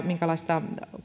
minkälaista